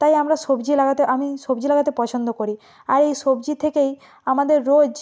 তাই আমারা সবজি লাগাতে আমি সবজি লাগাতে পছন্দ করি আর এই সবজি থেকেই আমাদের রোজ